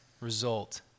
result